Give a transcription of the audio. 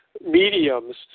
mediums